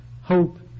Hope